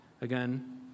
Again